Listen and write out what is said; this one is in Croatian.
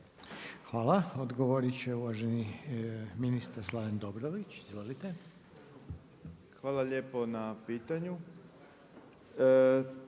Hvala. Odgovorit će uvaženi ministar Slaven Doborović. Izvolite. **Dobrović,